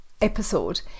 episode